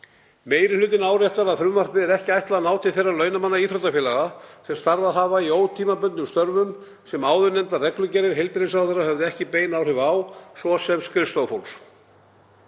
Meiri hlutinn áréttar að frumvarpinu er ekki ætlað að ná til þeirra launamanna íþróttafélaga sem starfað hafa í ótímabundnum störfum sem áðurnefndar reglugerðir heilbrigðisráðherra höfðu ekki bein áhrif á, svo sem skrifstofufólks.